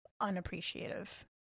unappreciative